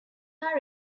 are